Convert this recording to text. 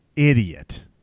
idiot